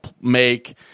make